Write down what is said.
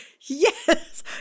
Yes